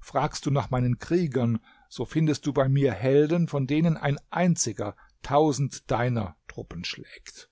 fragst du nach meinen kriegern so findest du bei mir helden von denen ein einziger tausend deiner truppen schlägt